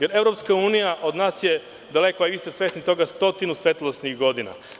Evropska unija od nas je daleko, a vi ste svesni toga stotinu svetlosnih godina.